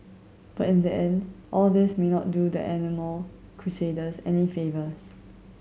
but in the end all this may not do the animal crusaders any favours